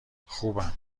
خوبم